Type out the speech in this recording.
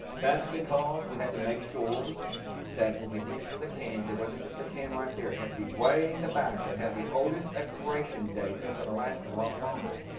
that's because we had to make sure that when we reach for the cans, it wasn't just the can right there. it had to be way in the back that had the oldest expiration date that was gonna last a and lot longer.